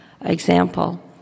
example